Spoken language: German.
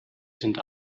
sind